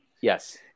Yes